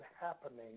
happening